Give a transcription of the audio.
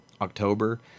October